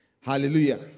Hallelujah